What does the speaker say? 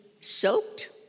soaked